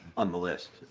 on the list.